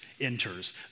enters